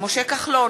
משה כחלון,